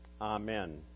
Amen